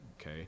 okay